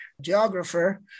geographer